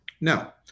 Now